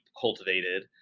cultivated